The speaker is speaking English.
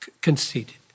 conceited